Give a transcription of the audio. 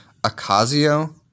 Acasio